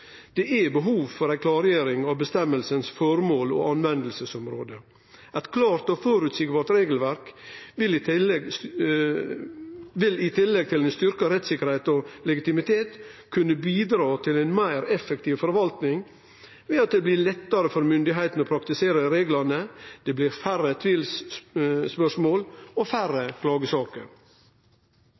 Det er behov for ei klargjering av formålet med og bruksområdet for fråsegna. Eit klart og føreseieleg regelverk vil i tillegg til styrkt rettstryggleik og legitimitet kunne bidra til ei meir effektiv forvaltning ved at det blir lettare for myndigheitene å praktisere reglane og færre tvilsspørsmål og færre klagesaker.